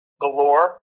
galore